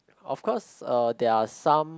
of course uh there are some